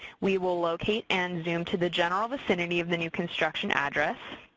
we will locate and zoom to the general vicinity of the new construction address.